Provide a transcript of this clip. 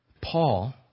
Paul